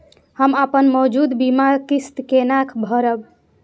हम अपन मौजूद बीमा किस्त केना भरब?